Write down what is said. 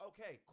Okay